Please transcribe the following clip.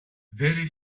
very